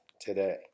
today